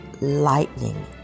lightning